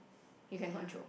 you can control